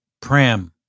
pram